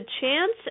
chance